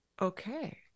Okay